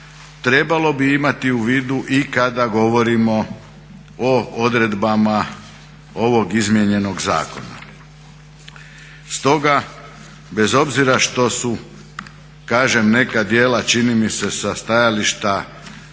Trebalo bi imati u vidu i kada govorimo o odredbama ovog izmijenjenog zakona. Stoga bez obzira što su kažem neka djela čini mi se sa stajališta